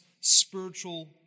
spiritual